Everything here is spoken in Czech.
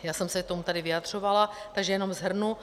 Já jsem se k tomu tady vyjadřovala, takže jenom shrnu.